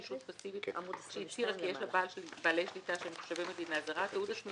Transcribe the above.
ישות פסיבית שהצהירה כי יש לה בעלי שליטה שהם תושבי מדינה זרה תיעוד עצמי